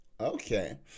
Okay